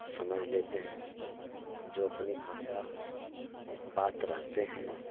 समझ लेते हैं हम जो अपनी भाषा बात रखते हैं